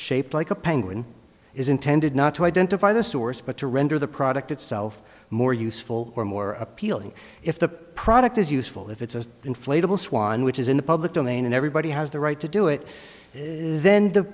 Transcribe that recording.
shaped like a penguin is intended not to identify the source but to render the product itself more useful or more appealing if the product is useful if it's an inflatable swan which is in the public domain and everybody has the right to do it then the